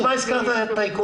אז בשביל מה הזכרת את הטייקונים?